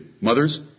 Mothers